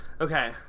Okay